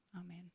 amen